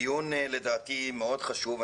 דיון לדעתי מאוד חשוב.